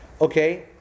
okay